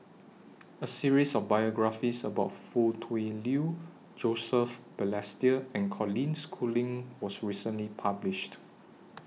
A series of biographies about Foo Tui Liew Joseph Balestier and Colin Schooling was recently published